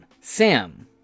Sam